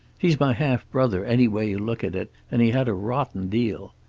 he's my half-brother, any way you look at it, and he had a rotten deal.